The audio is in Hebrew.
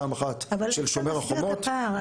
פעם אחת של שומר החומות --- אבל איך אתה מסביר את הפער?